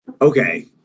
Okay